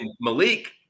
Malik